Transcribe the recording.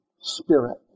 Spirit